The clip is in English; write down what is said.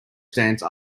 stance